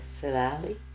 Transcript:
salali